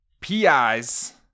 PIs